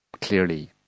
clearly